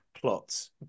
plots